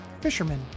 fishermen